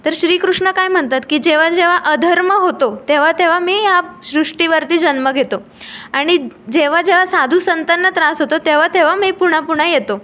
तर श्रीकृष्ण काय म्हणतात की जेव्हा जेव्हा अधर्म होतो तेव्हा तेव्हा मी या सृष्टीवरती जन्म घेतो आणि जेव्हा जेव्हा साधूसंतांना त्रास होतो तेव्हा तेव्हा मी पुन्हापुन्हा येतो